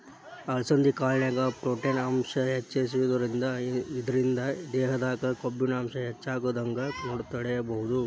ಅಲಸಂಧಿ ಕಾಳಿನ್ಯಾಗ ಪ್ರೊಟೇನ್ ಅಂಶ ಹೆಚ್ಚಿರೋದ್ರಿಂದ ಇದ್ರಿಂದ ದೇಹದಾಗ ಕೊಬ್ಬಿನಾಂಶ ಹೆಚ್ಚಾಗದಂಗ ತಡೇಬೋದು